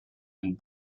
and